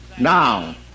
Now